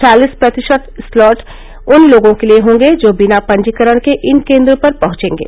चालीस प्रतिशत स्लॉट उन लोगों के लिए होंगे जो बिना पंजीकरण के इन केंद्रों पर पहुंचेंगे